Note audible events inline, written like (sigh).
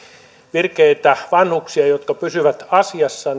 virkeitä vanhuksia jotka pysyvät asiassa (unintelligible)